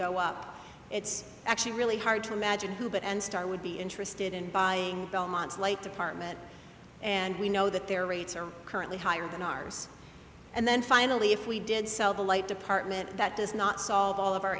go up it's actually really hard to imagine who but and star would be interested in buying belmont's like department and we know that their rates are currently higher than ours and then finally if we did sell the light department that does not solve all of our